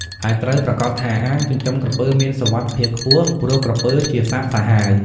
ហើយត្រូវប្រាកដថាអាងចិញ្ចឹមក្រពើមានសុវត្ថិភាពខ្ពស់ ព្រោះក្រពើជាសត្វសាហាវ។